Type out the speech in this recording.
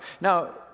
Now